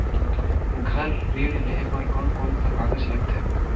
घर ऋण लेहे बार कोन कोन सा कागज लगथे?